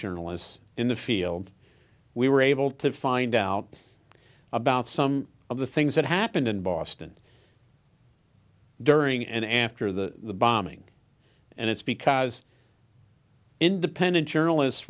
journalists in the field we were able to find out about some of the things that happened in boston during and after the bombing and it's because independent journalists